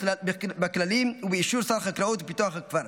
בכללים ובאישור שר החקלאות ופיתוח הכפר.